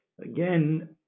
again